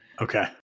Okay